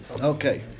Okay